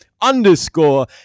underscore